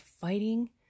fighting